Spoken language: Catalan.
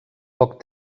poc